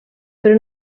però